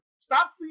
Stop